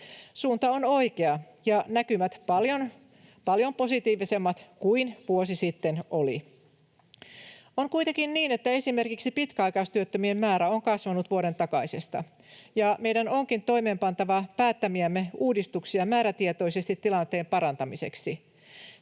Suunta on oikea ja näkymät paljon positiivisemmat kuin vuosi sitten olivat. On kuitenkin niin, että esimerkiksi pitkäaikaistyöttömien määrä on kasvanut vuoden takaisesta, ja meidän onkin toimeenpantava päättämiämme uudistuksia määrätietoisesti tilanteen parantamiseksi.